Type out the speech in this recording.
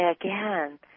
again